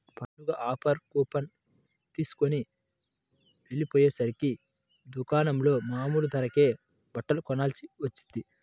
పండగ offer coupon తీస్కొని వెళ్ళకపొయ్యేసరికి దుకాణంలో మామూలు ధరకే బట్టలు కొనాల్సి వచ్చింది